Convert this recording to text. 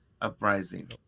uprising